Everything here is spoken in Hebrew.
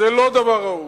זה לא דבר ראוי.